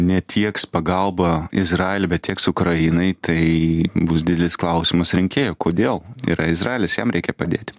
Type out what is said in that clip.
netieks pagalbą izraeliui bet tieks ukrainai tai bus didelis klausimas rinkėjų kodėl yra izraelis jam reikia padėti